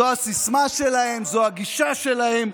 זו הסיסמה שלהם, זו הגישה שלהם,